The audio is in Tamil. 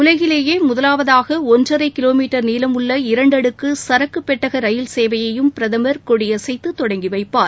உலகிலேயே முதலாவதாக ஒன்றரை கிலோமீட்டர் நீளம் உள்ள இரண்டடுக்கு சரக்கு பெட்டக ரயில் சேவையையும் பிரதமர் கொடியசைத்து தொடங்கி வைப்பார்